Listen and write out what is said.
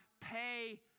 pay